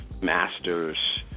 master's